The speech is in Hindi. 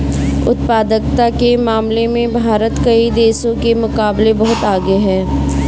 उत्पादकता के मामले में भारत कई देशों के मुकाबले बहुत आगे है